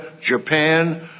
Japan